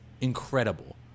incredible